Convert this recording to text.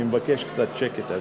אני מבקש קצת שקט.